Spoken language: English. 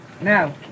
Now